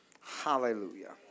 Hallelujah